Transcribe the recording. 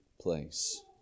place